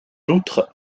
outre